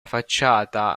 facciata